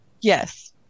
Yes